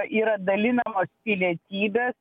yra dalinamos pilietybės